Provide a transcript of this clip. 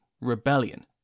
Rebellion